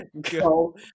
Go